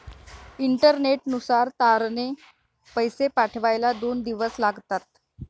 इंटरनेटनुसार तारने पैसे पाठवायला दोन दिवस लागतात